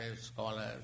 scholars